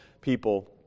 people